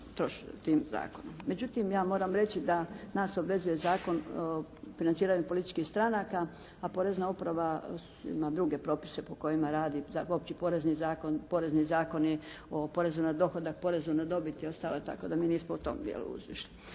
Međutim, ja moram reći da nas obvezuje Zakon o financiranju političkih stranaka, a porezna uprava ima druge propise po kojima radi Opći porezni zakon, porezni zakoni o porezu na dohodak, porezu na dobit i ostale tako da mi nismo u tom dijelu u izvješću.